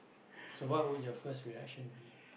so what would your first reaction be